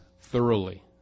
thoroughly